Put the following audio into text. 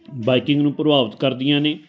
biking ਨੂੰ ਪ੍ਰਭਾਵਿਤ ਕਰਦੀਆਂ ਨੇ